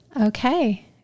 Okay